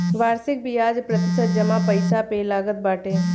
वार्षिक बियाज प्रतिशत जमा पईसा पे लागत बाटे